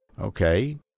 Okay